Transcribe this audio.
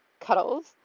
cuddles